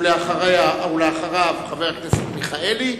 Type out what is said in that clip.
ואחריו, חבר הכנסת מיכאלי.